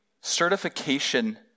certification